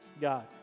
God